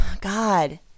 God